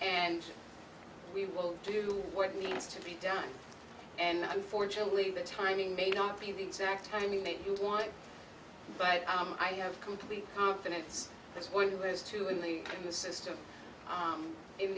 and we will do what needs to be done and unfortunately the timing may not be the exact timing that you want but i have complete confidence as we were as to in the in the system